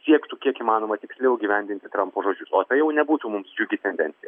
siektų kiek įmanoma tiksliau įgyvendinti trampo žodžius o tai jau nebūtų mums džiugi tendencija